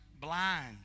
Blind